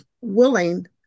willing